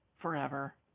forever